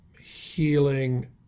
healing